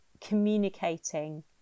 communicating